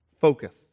Focus